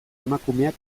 emakumeak